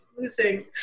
losing